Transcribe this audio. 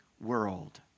world